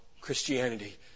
Christianity